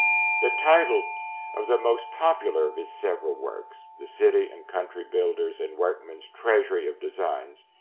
the title of the most popular of his several works, the city and country builder's and workman's treasury of designs,